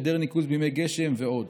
היעדר ניקוז מי גשם ועוד,